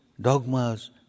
dogmas